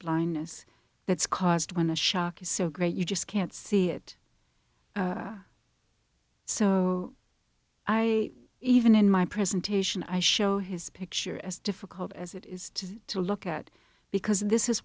blindness that's caused when the shock is so great you just can't see it so i even in my presentation i show his picture as difficult as it is to to look at because this is